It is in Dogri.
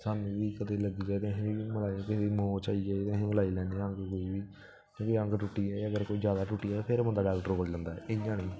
सानूं बी कदें लग्गी जाए ते अहें बी मलाई कोई मोच आई जाए ते अस बी मलाई लैने आं जो बी अंग टुटी जाए अगर कोई जादा टुटी जाए फिर बंदा डाॅक्टर कोल जंदा ऐ इ'यां नेईं